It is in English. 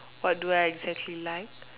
what do I exactly like